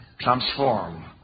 transform